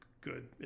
good